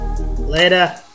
Later